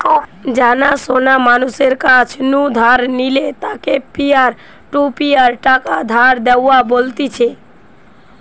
জানা শোনা মানুষের কাছ নু ধার নিলে তাকে পিয়ার টু পিয়ার টাকা ধার দেওয়া বলতিছে